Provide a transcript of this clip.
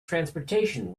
transportation